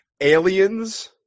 aliens